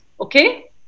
okay